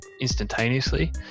instantaneously